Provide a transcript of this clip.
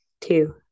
two